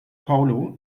paulo